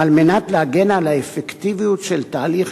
על מנת להגן על האפקטיביות של תהליך